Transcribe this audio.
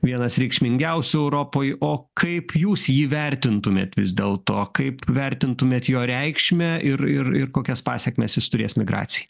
vienas reikšmingiausių europoj o kaip jūs jį vertintumėt vis dėl to kaip vertintumėt jo reikšmę ir ir ir kokias pasekmes jis turės migracijai